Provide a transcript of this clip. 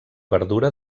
verdura